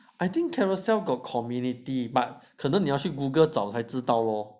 I think Carousell got community but 可能你要去 google 找才知道 lor